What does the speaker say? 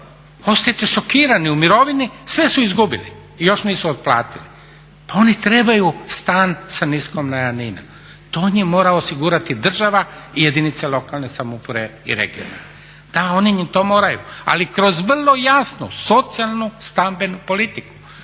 ćete šokirani, u mirovini sve su izgubili jel još nisu otplatili. Pa oni trebaju stan sa niskom najamninom. To im mora osigurati država i jedinice lokalne samouprave i regionalne. Da oni im to moraju, ali kroz vrlo jasnu socijalnu stambenu politiku